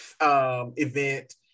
event